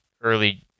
early